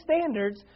standards